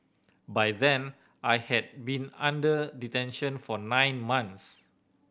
by then I had been under detention for nine months